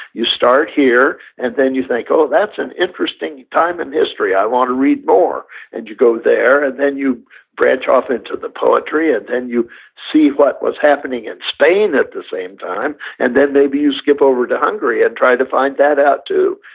you start here and then you think, oh, that's an interesting time in history. i want to read more and you go there and then you branch off into the poetry and then you see what was happening in spain at the same time, and then maybe you skip over to hungary and try to find that out, too.